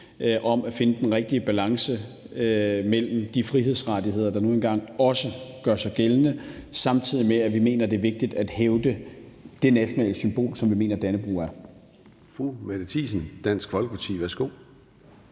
om at finde den rigtige balance mellem de frihedsrettigheder, der nu engang også gør sig gældende, samtidig med at vi mener, det er vigtigt at hævde det nationale symbol, som vi mener Dannebrog er.